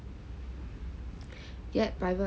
yet private